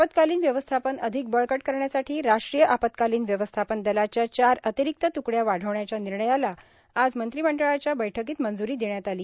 आपात्कालीन व्यवस्थापन अधिक बळकट करण्यासाठी राष्ट्रीय आपात्कालीन व्यवस्थापन दलाच्या चार अंतिरिक्त तुकड्या वाढवण्याच्या निर्णयाला आज मंत्रिमंडळाच्या बैठकीत मंजुरी देण्यात आली